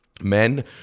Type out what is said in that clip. Men